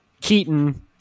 Keaton